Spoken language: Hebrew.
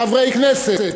חברי כנסת,